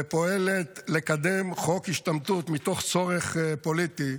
ופועלת לקדם חוק השתמטות מתוך צורך פוליטי.